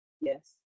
Yes